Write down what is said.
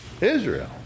Israel